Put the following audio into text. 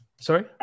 Sorry